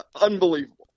Unbelievable